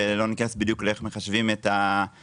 לא ניכנס בדיוק לאיך מחשבים את המנגנון.